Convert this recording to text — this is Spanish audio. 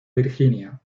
virginia